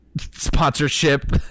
sponsorship